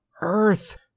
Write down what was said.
Earth